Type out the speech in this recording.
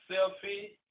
Selfie